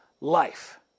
life